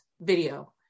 video